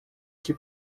que